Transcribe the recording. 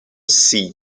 sea